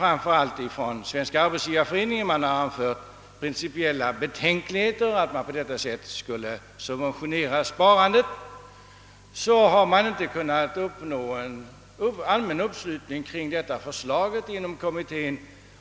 Framför allt har Svenska arbetsgivareföreningen anfört principiella betänkligheter mot att på detta sätt subventionera sparandet. Därför kunde man inte nå allmän uppslutning kring detta förslag inom kommittén.